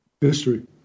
history